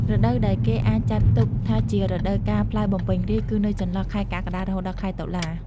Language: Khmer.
រដូវកាលដែលគេអាចចាត់ទុកថាជា រដូវកាលផ្លែបំពេញរាជ្យ គឺនៅចន្លោះខែ កក្កដា រហូតដល់ខែតុលា។